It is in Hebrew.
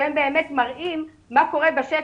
שהם באמת מראים מה בשטח,